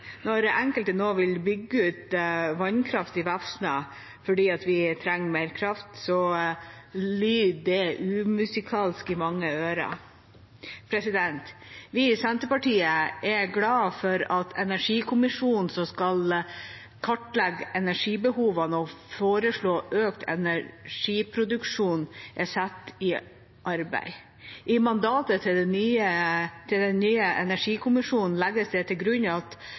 Når enkelte nå vil bygge ut vannkraft i Vefsna fordi vi trenger mer kraft, lyder det umusikalsk i manges ører. Vi i Senterpartiet er glad for at energikommisjonen som skal kartlegge energibehovene og foreslå økt energiproduksjon, er satt i arbeid. I mandatet til den nye energikommisjonen legges det til grunn at